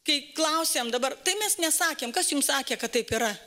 kai klausėm dabar tai mes nesakėm kas jums sakė kad taip yra